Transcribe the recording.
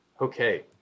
Okay